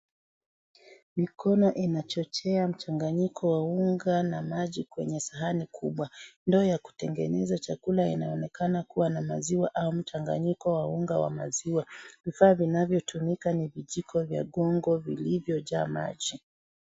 Mikono inachochea mchanganyiko wa unga na maji kwenye sahani kubwa. Ndoo ya kutengeneza chakula yanaonekana kuwa na maziwa au mchanganyiko wa unga wa maziwa. Vifaa vnavyotumika ni vijiko vya gongo vilivyojaa maji.